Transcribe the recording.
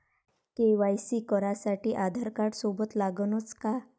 KYC करासाठी आधारकार्ड सोबत लागनच का?